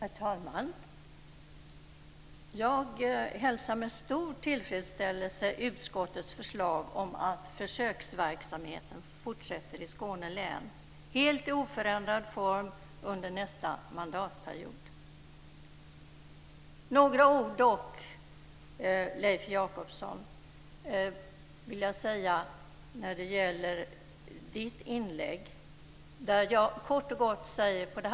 Herr talman! Jag hälsar med stor tillfredsställelse utskottets förslag om att försöksverksamheten fortsätter i Skåne län i helt oförändrad form under nästa mandatperiod. Jag vill dock säga några ord med anledning av Leif Jakobssons inlägg. Jag säger kort och gott följande.